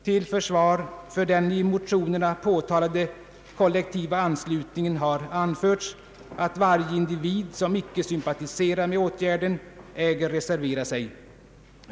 Till försvar för den i motionerna påtalade kollektiva anslutningen har anförts, att varje individ, som icke sympaliserar med åtgärden, äger reservera sig.